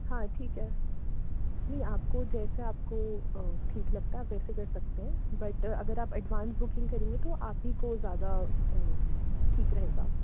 हाँ ठीक है नहीं आपको जैसे आपको ठीक लगता है वैसे कर सकते हैं बट अगर आप एडवांस बुकिंग करेंगे तो आप ही को ज़्यादा ठीक रहेगा